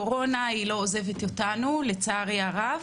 הקורונה לא עוזבת אותנו לצערי הרב,